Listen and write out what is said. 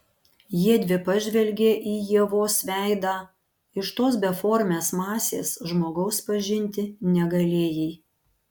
jiedvi pažvelgė į ievos veidą iš tos beformės masės žmogaus pažinti negalėjai